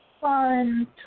fun